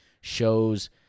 shows